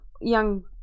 young